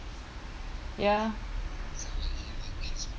ya